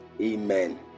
Amen